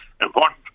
important